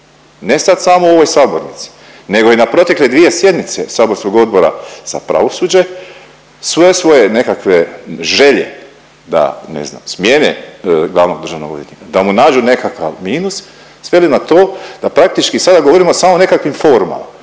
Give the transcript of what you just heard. ne sad samo u ovoj sabornici nego i na protekle dvije sjednice saborskog Odbora za pravosuđe sve svoje nekakve želje da ne znam smjene glavnog državnog odvjetnika, da mu nađu nekakav minus sveli na to da praktički sada govorimo samo o nekakvim formama